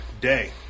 day